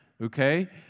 okay